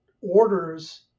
orders